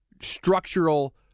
structural